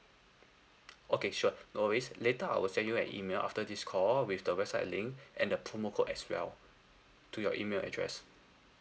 okay sure no worries later I will send you an email after this call with the website link and the promo code as well to your email address